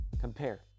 compare